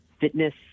fitness